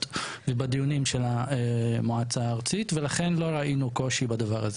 ובדיונים של המועצה הארצית ולכן לא ראינו קושי בדבר הזה.